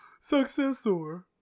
successor